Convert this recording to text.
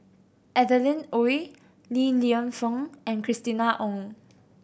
Adeline Ooi Li Lienfung and Christina Ong